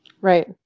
Right